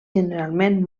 generalment